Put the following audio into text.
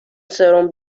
سرم